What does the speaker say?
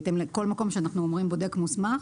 כל מקום שאנחנו אומרים בודק מוסמך,